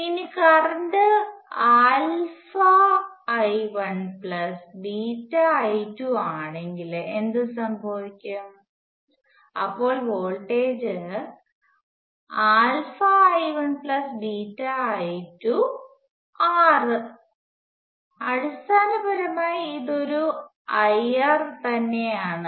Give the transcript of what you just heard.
ഇനി current I1 I2 ആണെങ്കിൽ എന്തു സംഭവിക്കും അപ്പോൾ വോൾടേജ് I1 I2 R അടിസ്ഥാനപരമായി ഇത് ഒരു I R ആണ്